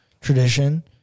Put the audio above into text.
tradition